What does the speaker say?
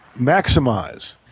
maximize